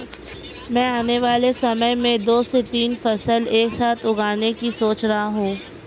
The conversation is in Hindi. मैं आने वाले समय में दो से तीन फसल एक साथ उगाने की सोच रहा हूं